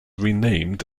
renamed